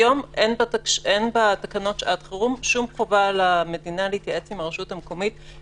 היום אין בתקנות שעת חירום שום חובה למדינה להתייעץ עם הרשות המקומית.